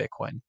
bitcoin